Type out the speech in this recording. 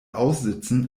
aussitzen